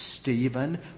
Stephen